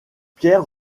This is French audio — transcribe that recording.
pierre